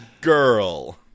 Girl